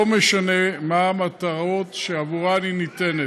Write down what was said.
לא משנה מה המטרות שעבורן היא ניתנת.